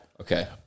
Okay